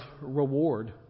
reward